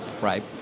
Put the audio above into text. Right